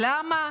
למה